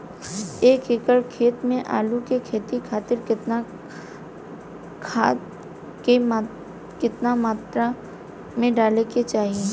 एक एकड़ खेत मे आलू के खेती खातिर केतना खाद केतना मात्रा मे डाले के चाही?